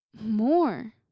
more